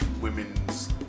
women's